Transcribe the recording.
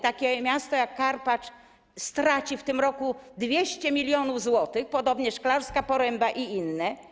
Takie miasto jak Karpacz straci w tym roku 200 mln zł, podobnie Szklarska Poręba i inne.